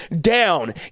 down